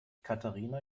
katharina